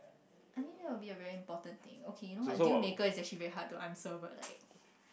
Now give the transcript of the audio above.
I mean that would be a very important thing okay you know what deal maker is very hard to answer but like